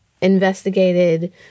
investigated